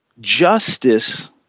justice